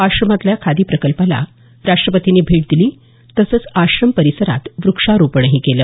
आश्रमातल्या खादी प्रकल्पाला राष्ट्रपतींनी भेट दिली तसंच आश्रम परिसरात वृक्षारोपणही केलं